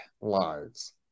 lives